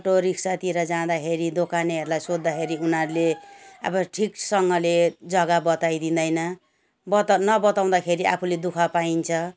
auto रिक्सातिर जाँदाखेरि दोकानेहरूलाई सोद्धाखेरि उनीहरूले अब ठिकसँगले जगा बताइदिँदैन बताउ नबताउँदाखेरि आफूले दुःख पाइन्छ